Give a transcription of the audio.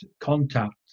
contact